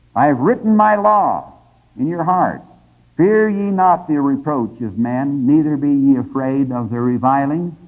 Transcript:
i've written my law in your hearts fear ye not the reproach of men, neither be ye afraid of their revilings.